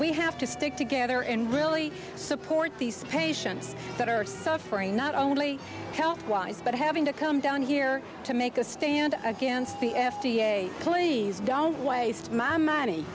we have to stick together and really support these patients that are suffering not only health wise but having to come down here to make a stand against the f d a claes don't waste my money